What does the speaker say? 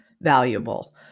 valuable